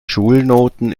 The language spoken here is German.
schulnoten